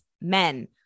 Men